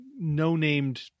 no-named